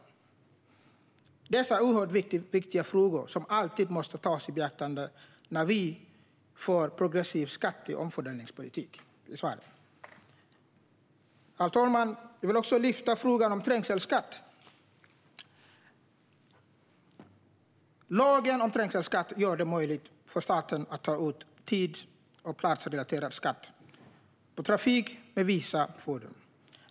Dessa är oerhört viktiga frågor som alltid måste tas i beaktande när vi för en progressiv skatte och omfördelningspolitik i Sverige. Herr talman! Jag vill också ta upp frågan om trängselskatt. Lagen om trängselskatt gör det möjligt för staten att ta ut tids och platsrelaterad skatt på trafik med vissa fordon.